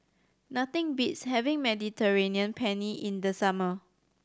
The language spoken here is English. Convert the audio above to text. nothing beats having Mediterranean Penne in the summer